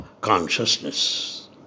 consciousness